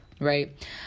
right